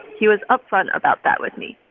he was upfront about that with me.